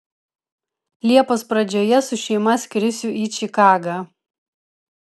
liepos pradžioje su šeima skrisiu į čikagą